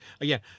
again